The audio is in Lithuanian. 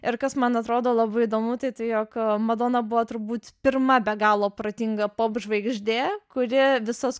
ir kas man atrodo labai įdomu tai tai jog madona buvo turbūt pirma be galo protinga popžvaigždė kuri visas